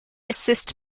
assist